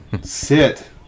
Sit